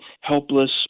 helpless